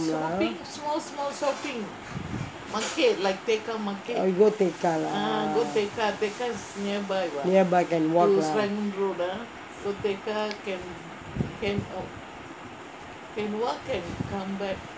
oh go tekka lah nearby can walk lah